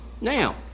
now